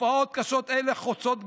תופעות קשות אלה חוצות גילים,